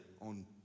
on